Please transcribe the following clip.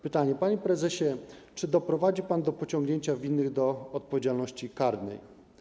Pytanie: Panie prezesie, czy doprowadzi pan do pociągnięcia winnych do odpowiedzialności karnej?